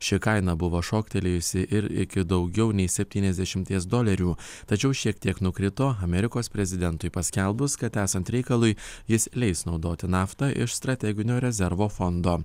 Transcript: ši kaina buvo šoktelėjusi ir iki daugiau nei septyniasdešimties dolerių tačiau šiek tiek nukrito amerikos prezidentui paskelbus kad esant reikalui jis leis naudoti naftą iš strateginio rezervo fondo